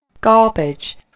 Garbage